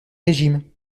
régime